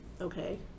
okay